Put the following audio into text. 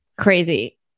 Crazy